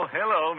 hello